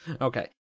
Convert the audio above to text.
Okay